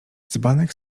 dzbanek